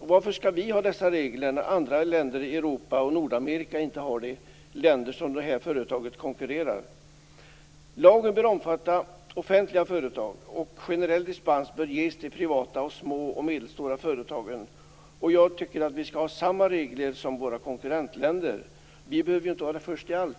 Varför skall Sverige ha dessa regler när andra länder i Europa och Nordamerika - länder som det här företaget konkurrerar med - inte har dem? Lagen bör omfatta offentliga företag. Generell dispens bör ges till privata små och medelstora företag. Jag tycker att vi i Sverige skall ha samma länder som våra konkurrentländer. Vi behöver ju inte vara först med allt.